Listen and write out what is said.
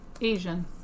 Asian